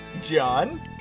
John